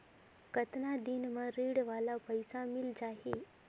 कतना दिन मे ऋण वाला पइसा मिल जाहि?